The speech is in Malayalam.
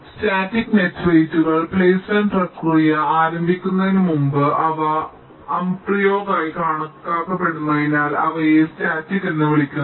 സ്റ്റാറ്റിക് നെറ്റ് വെയ്റ്റുകൾ പ്ലെയ്സ്മെന്റ് പ്രക്രിയ ആരംഭിക്കുന്നതിനുമുമ്പ് അവ അപ്രിയോറിയായി കണക്കാക്കപ്പെടുന്നതിനാൽ അവയെ സ്റ്റാറ്റിക് എന്ന് വിളിക്കുന്നു